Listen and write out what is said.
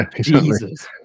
Jesus